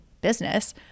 business